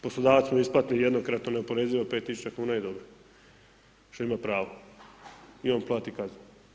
Poslodavac mu isplati jednokratno neoporezivo 5.000 kuna i dobro, što ima pravo i on plati kaznu.